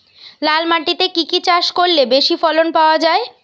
লাল মাটিতে কি কি চাষ করলে বেশি ফলন পাওয়া যায়?